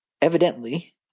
Evidently